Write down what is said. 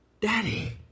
Daddy